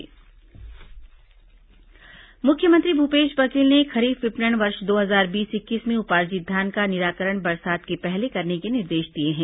धान उपार्जन निर्देश मुख्यमंत्री भूपेश बघेल ने खरीफ विपणन वर्ष दो हजार बीस इक्कीस में उपार्जित धान का निराकरण बरसात के पहले करने के निर्देश दिए हैं